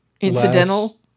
Incidental